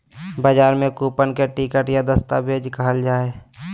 बजार में कूपन के टिकट या दस्तावेज कहल जा हइ